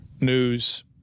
News